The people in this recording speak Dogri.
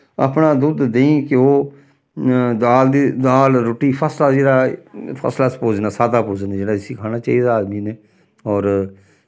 अपना दुद्ध देहीं घ्यो दाल ते दाल रुट्टी फस्सक्लास जेह्ड़ा फस्सक्लास भोजन ऐ सादा भोजन जेह्ड़ा इस्सी खाना चाहिदा आदमी ने होर